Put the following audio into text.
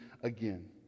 again